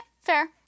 fair